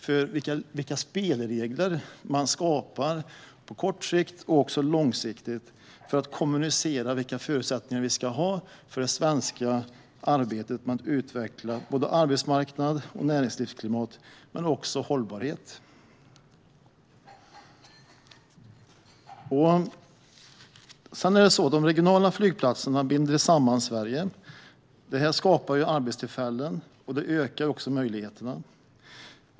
Det gäller vilka spelregler man skapar, på kort och lång sikt, för att kommunicera vilka förutsättningar vi ska ha för det svenska arbetet med att utveckla arbetsmarknad och näringslivsklimat men också hållbarhet. De regionala flygplatserna binder samman Sverige. Det skapar arbetstillfällen och ökar möjligheterna.